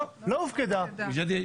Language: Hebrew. לא הופקדה.